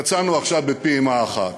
יצאנו עכשיו בפעימה אחת,